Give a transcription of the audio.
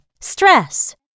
Stress